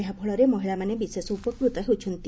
ଏହାଫଳରେ ମହିଳାମାନେ ବିଶେଷ ଉପକୃତ ହେଉଛନ୍ତି